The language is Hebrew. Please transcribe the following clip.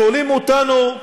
שואלים אותנו: